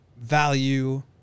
value